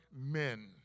men